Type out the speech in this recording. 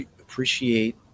Appreciate